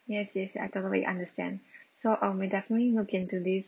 yes yes I totally understand so um we'll definitely look into this